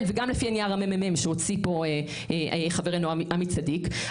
וגם לפי נייר הממ"מ שהוציא פה חברנו עמי צדיק,